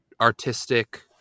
artistic